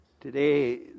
Today